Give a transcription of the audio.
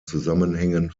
zusammenhängen